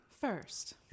First